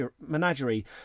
menagerie